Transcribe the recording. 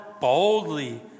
boldly